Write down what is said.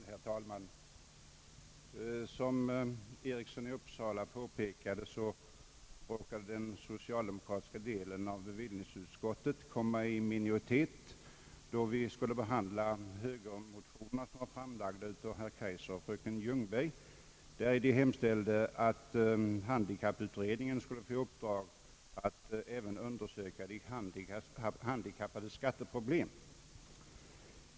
Herr talman! Som herr Eriksson i Uppsala påpekade råkade den socialdemokratiska delen av bevillningsutskottet komma i minoritet då vi behandlade högermotionerna av herr Kaijser och fröken Ljungberg, vari de hemställde att handikapputredningen skulle få i uppdrag att undersöka även den handikappades skatteproblem.